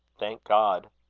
thank god!